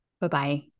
Bye-bye